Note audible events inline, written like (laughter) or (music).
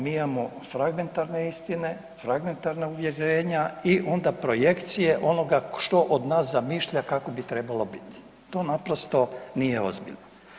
Mi imamo fragmentarne istine, fragmentarna uvjerenja i onda projekcije onoga ... (unintelligible) od nas zamišlja kako bi trebalo biti, to naprosto nije ozbiljno.